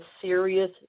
serious